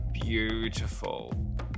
beautiful